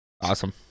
Awesome